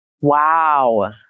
Wow